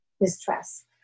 distress